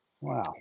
Wow